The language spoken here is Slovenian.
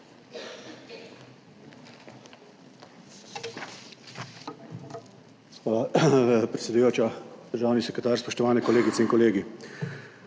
Gospa predsedujoča, državni sekretar, spoštovane kolegice in kolegi!